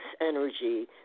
energy